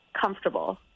comfortable